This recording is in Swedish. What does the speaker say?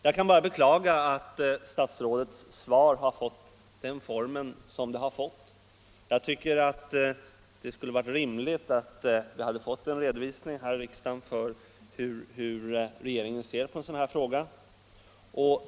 Jag kan bara beklaga att statsrådets svar har fått den form det har fått. Jag tycker att det hade varit rimligt att vi fått en redovisning här i riksdagen hur regeringen ser på en sådan här fråga.